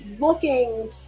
looking